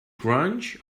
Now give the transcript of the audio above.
crunch